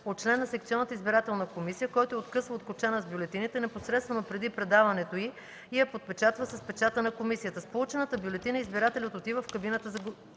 от член на секционната избирателна комисия, който я откъсва от кочана с бюлетините непосредствено преди предаването й и я подпечатва с печата на комисията. С получената бюлетина избирателят отива в кабината да гласува.